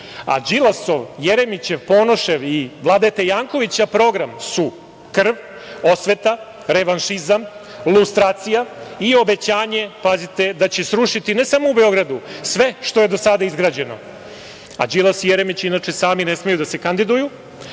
a Đilasov, Jeremićev, Ponošev i Vladete Jankovića, program, su krv, osveta, revanšizam, lustracija, i obećanje, da će srušiti ne samo u Beogradu, sve što je do sada izgrađeno, a Đilas i Jeremić, inače sami ne smeju da se kandiduju